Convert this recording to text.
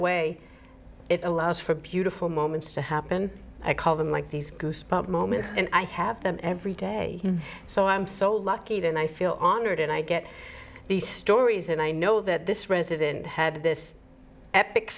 way it allows for beautiful moments to happen i call them like these goosebumps moments and i have them every day so i'm so lucky to and i feel honored and i get these stories and i know that this president had this e